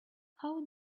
how